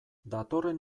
datorren